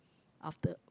after